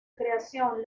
creación